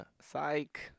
psych